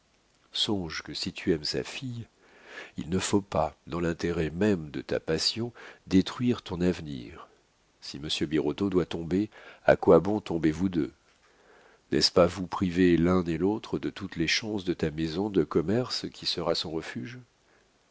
songe que si tu aimes sa fille il ne faut pas dans l'intérêt même de ta passion détruire ton avenir si monsieur birotteau doit tomber à quoi bon tomber vous deux n'est-ce pas vous priver l'un et l'autre de toutes les chances de ta maison de commerce qui sera son refuge